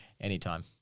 anytime